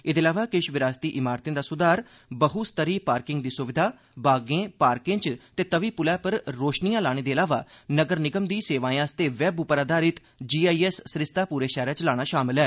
एह्दे इलावा किश बरासती इमारतें दा सुधार बहुस्तरी पार्किंग दी सुविधा बागें पार्कें च ते तवि पुलै उप्पर रौयानियां लाने दे इलावा नगर निगम दी सेवाएं आस्तै वैब उप्पर अघारित जीआईएस सरिस्ता पूरे शैह्रा च लाना शामल ऐ